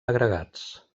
agregats